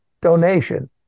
donation